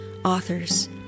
authors